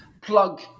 plug